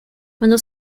cuando